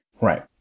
Right